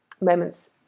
moments